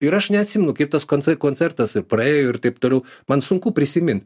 ir aš neatsimenu kaip tas konce koncertas ir praėjo ir taip toliau man sunku prisimint